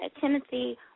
Timothy